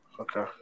Okay